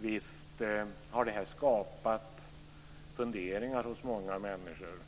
Visst har det skapat funderingar hos många människor om